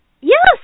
Yes